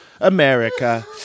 America